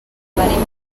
venim